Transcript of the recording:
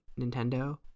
nintendo